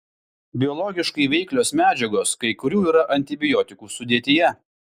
biologiškai veiklios medžiagos kai kurių yra antibiotikų sudėtyje